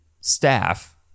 staff